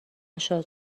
شاد